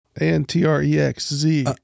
A-N-T-R-E-X-Z